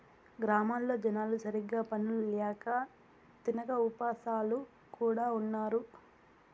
గ్రామాల్లో జనాలు సరిగ్గా పనులు ల్యాక తినక ఉపాసాలు కూడా ఉన్నారు